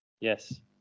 Yes